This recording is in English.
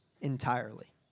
entirely